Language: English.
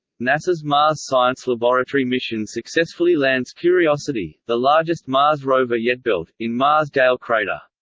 nasa's mars science laboratory mission successfully lands curiosity, the largest mars rover yet built, in mars' gale crater.